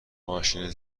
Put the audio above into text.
ماشین